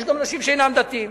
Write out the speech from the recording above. יש גם אנשים שאינם דתיים,